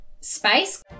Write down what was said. space